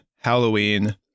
Halloween